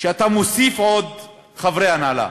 שאתה מוסיף עוד חברי הנהלה.